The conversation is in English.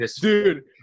dude